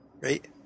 right